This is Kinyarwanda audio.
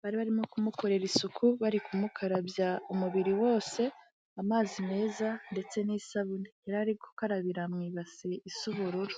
bari barimo kumukorera isuku bari kumukarabya umubiri wose amazi meza ndetse n'isabune, yari ari gukarabira mu ibasi isa ubururu.